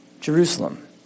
Jerusalem